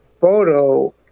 photo